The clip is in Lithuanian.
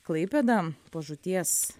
klaipėda po žūties